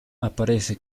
aparece